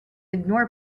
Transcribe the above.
ignore